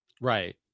right